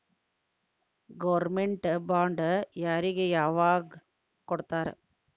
Government bond ಯಾರಿಗೆ ಯಾವಗ್ ಕೊಡ್ತಾರ?